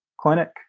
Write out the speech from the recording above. clinic